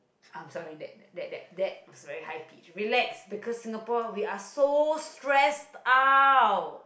i'm sorry that that that that it's very high pitch relax because Singapore we are so stress out